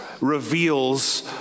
reveals